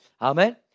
Amen